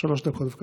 שלוש דקות, בבקשה.